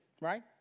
right